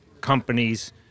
companies